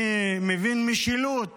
אני מבין משילות